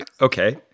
Okay